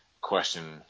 question